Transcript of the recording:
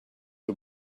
her